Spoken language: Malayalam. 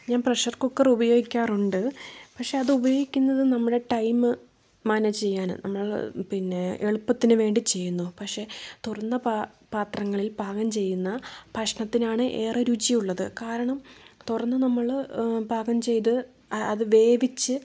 ഞാൻ പ്രഷർ കുക്കർ ഉപയോഗിക്കാറുണ്ട് പക്ഷേ അതുപയോഗിക്കുന്നത് നമ്മുടെ ടൈം മാനേജ് ചെയ്യാനാണ് നമ്മൾ പിന്നെ എളുപ്പത്തിനുവേണ്ടി ചെയ്യുന്നു പക്ഷേ തുറന്ന പാത്രങ്ങളിൽ പാകം ചെയ്യുന്ന ഭക്ഷണത്തിനാണ് ഏറെ രുചിയുള്ളത് കാരണം തുറന്നു നമ്മൾ പാകം ചെയ്ത് അത് വേവിച്ച്